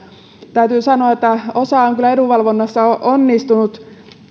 täytyy sanoa että osa on kyllä edunvalvonnassa onnistunut